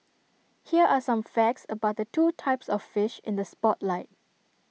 here are some facts about the two types of fish in the spotlight